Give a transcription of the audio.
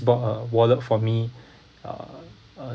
bought a wallet for me uh uh